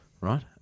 right